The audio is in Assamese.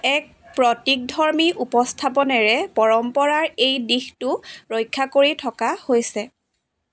এক প্ৰতীকধৰ্মী উপস্থাপনেৰে পৰম্পৰাৰ এই দিশটো ৰক্ষা কৰি থকা হৈছে